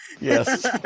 Yes